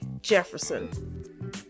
Jefferson